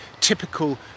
typical